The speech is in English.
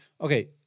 okay